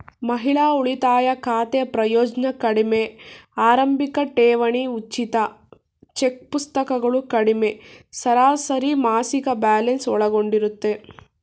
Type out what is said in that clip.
ಮಹಿಳಾ ಉಳಿತಾಯ ಖಾತೆ ಪ್ರಯೋಜ್ನ ಕಡಿಮೆ ಆರಂಭಿಕಠೇವಣಿ ಉಚಿತ ಚೆಕ್ಪುಸ್ತಕಗಳು ಕಡಿಮೆ ಸರಾಸರಿಮಾಸಿಕ ಬ್ಯಾಲೆನ್ಸ್ ಒಳಗೊಂಡಿರುತ್ತೆ